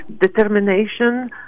determination